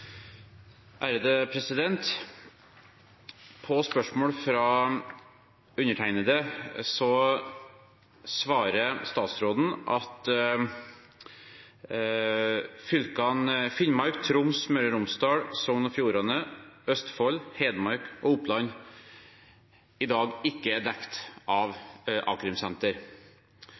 blir replikkordskifte. På spørsmål fra undertegnede svarer statsråden at fylkene Finnmark, Troms, Møre og Romsdal, Sogn og Fjordane, Østfold, Hedmark og Oppland i dag ikke er dekt av